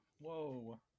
Whoa